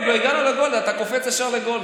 עוד לא הגענו לגולדה, אתה קופץ ישר לגולדה.